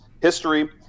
history